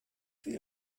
für